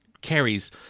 carries